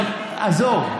עזוב.